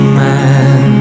man